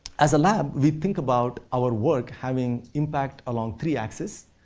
as a lab, we think about our work having impact along three axis,